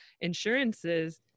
insurances